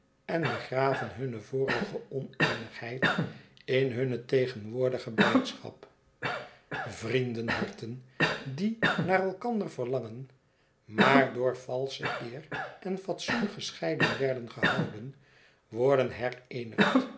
en begraven hunne vorige oneenigheid in hunne tegenwoordige biijdschap vriendenharten die naar elkander verlangden maar door valsche eer en fatsoen gescheiden werden gehouden worden